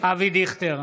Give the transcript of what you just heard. אבי דיכטר,